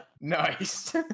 nice